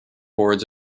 boards